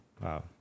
Wow